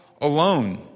alone